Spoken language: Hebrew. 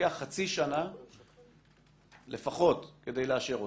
שלוקח חצי שנה לפחות כדי לאשר אותן?